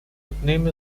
одним